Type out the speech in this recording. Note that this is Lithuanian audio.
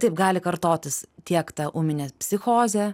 taip gali kartotis tiek ta ūminė psichozė